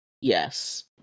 Yes